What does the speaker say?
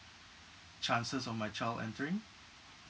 chances of my child entering